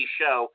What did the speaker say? show